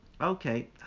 Okay